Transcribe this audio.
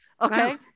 Okay